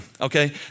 Okay